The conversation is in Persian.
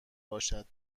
باشد